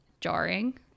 jarring